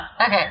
Okay